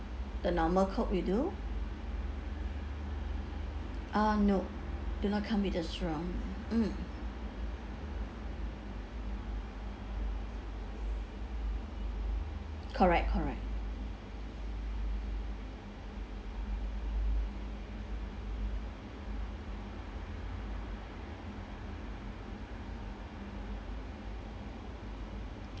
the normal coke we do uh no do not come with the straw mm correct correct